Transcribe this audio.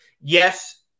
yes